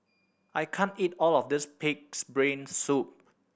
I can't eat all of this Pig's Brain Soup